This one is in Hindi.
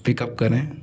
पिकअप करें